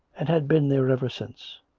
and had been there ever since.